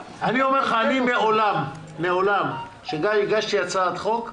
אני מעולם כשהגשתי הצעת חוק,